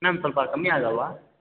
ma'am ಸ್ವಲ್ಪ ಕಮ್ಮಿ ಆಗಲ್ಲವಾ